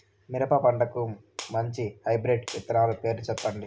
మిరప పంటకు మంచి హైబ్రిడ్ విత్తనాలు పేర్లు సెప్పండి?